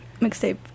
Mixtape